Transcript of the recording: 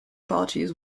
parties